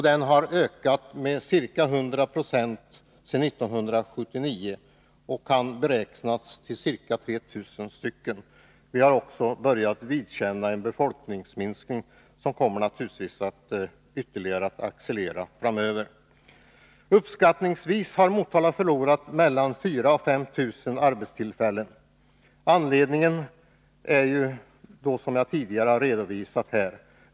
Den har ökat med ca 100 96 sedan 1979 och kan beräknas komma att omfatta ca 3 000 personer. Motala har dessutom börjat vidkännas en befolkningsminskning, som naturligtvis kommer att accelerera framöver. Uppskattningsvis har Motala på grund av vad jag tidigare redovisat förlorat mellan 4 000 och 5 000 arbetstillfällen.